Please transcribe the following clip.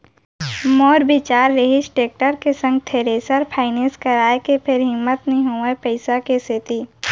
मोर बिचार रिहिस टेक्टर के संग थेरेसर फायनेंस कराय के फेर हिम्मत नइ होइस पइसा के सेती